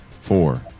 four